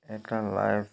এটা লাইভ